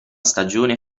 stagione